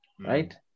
right